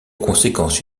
conséquence